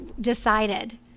decided